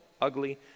ugly